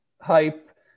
hype